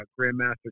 Grandmaster